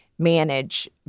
manage